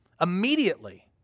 Immediately